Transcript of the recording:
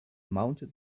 mounted